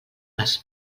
les